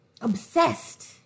obsessed